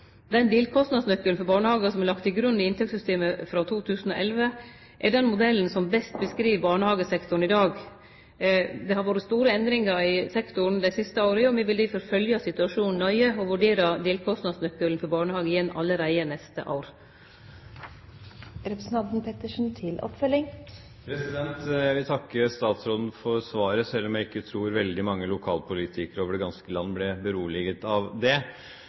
for barnehagar som er lagd til grunn i inntektssystemet frå 2011, er den modellen som best beskriv barnehagesektoren i dag. Det har vore store endringar i sektoren dei siste åra, og me vil difor følgje situasjonen nøye og vurdere delkostnadsnøkkelen for barnehage igjen allereie neste år. Jeg vil takke statsråden for svaret, selv om jeg ikke tror veldig mange lokalpolitikere over det ganske land ble beroliget av det.